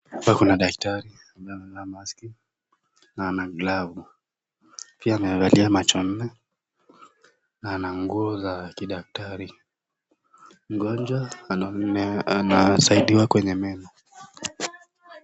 Hapa kuna daktari ambaye amevaa maski na ana glavu pia amevalia macho nne na ana nguo za kidaktari . Mgonjwa anasaidiwa kwenye meno.